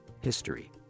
History